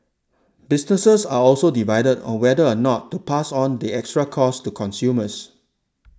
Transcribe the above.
businesses are also divided on whether or not to pass on the extra costs to consumers